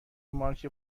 مارک